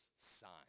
sign